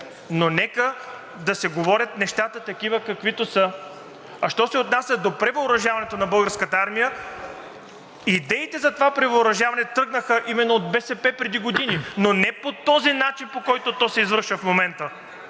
но нека да се говорят нещата такива, каквито са. А що се отнася до превъоръжаването на Българската армия, идеите за това превъоръжаване тръгнаха именно от БСП преди години, но не по този начин, по който то се извършва в момента